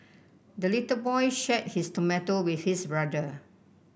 the little boy shared his tomato with his brother